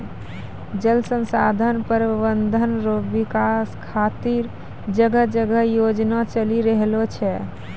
जल संसाधन प्रबंधन रो विकास खातीर जगह जगह योजना चलि रहलो छै